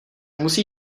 musí